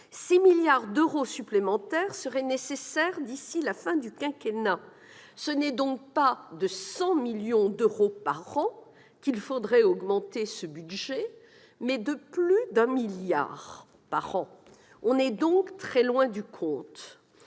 milliards d'euros supplémentaires seraient nécessaires d'ici la fin du quinquennat ; ce n'est donc pas de 100 millions d'euros par an qu'il faudrait augmenter ce budget, mais de plus d'un milliard. On est donc très loin du compte